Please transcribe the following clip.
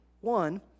One